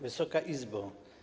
Wysoka Izbo!